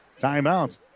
timeout